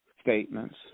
statements